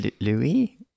Louis